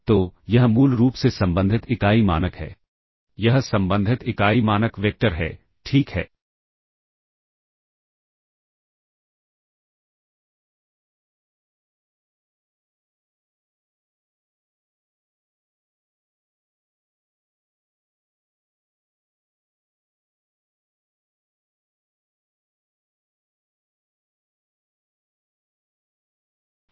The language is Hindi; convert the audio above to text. तो यह मूल रूप से संबंधित इकाई मानक है यह संबंधित इकाई मानक वेक्टर है ठीक है